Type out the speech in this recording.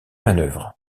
manœuvres